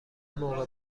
موقع